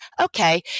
okay